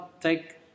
take